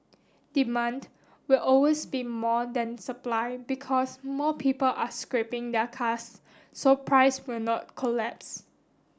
demand will always be more than supply because more people are scrapping their cars so price will not collapse